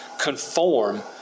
conform